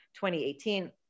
2018